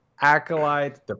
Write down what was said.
Acolyte